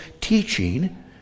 teaching